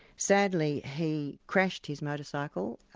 sadly, he crashed his motor-cycle,